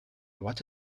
what